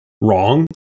wrong